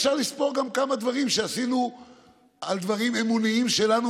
אפשר לספור גם כמה דברים שעשינו על דברים אמוניים שלנו,